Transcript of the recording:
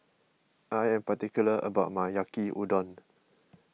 I am particular about my Yaki Udon